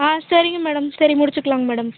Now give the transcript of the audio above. ஆ சரிங்க மேடம் சரி முடிச்சுக்கலாங்க மேடம்